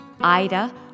Ida